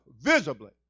visibly